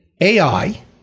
AI